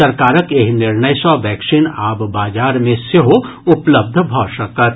सरकारक एहि निर्णय सँ वैक्सीन आब बाजार मे सेहो उपलब्ध भऽ सकत